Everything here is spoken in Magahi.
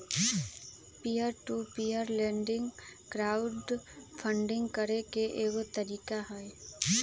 peer to peer lending crowd funding करे के एगो तरीका हई